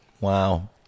Wow